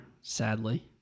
sadly